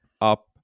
up